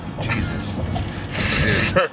Jesus